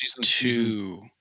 two